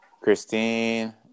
Christine